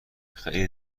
خیلی